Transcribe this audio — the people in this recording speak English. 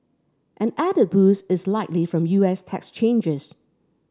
an added boost is likely from U S tax changes